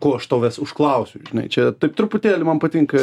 ko aš tavęs užklausiu žinai čia taip truputėlį man patinka